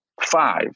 five